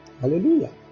Hallelujah